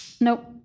Nope